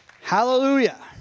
Hallelujah